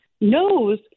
knows